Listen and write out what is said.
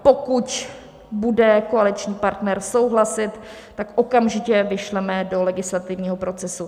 Pokud bude koaliční partner souhlasit, tak to okamžitě vyšleme do legislativního procesu.